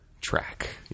track